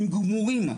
הם גמורים.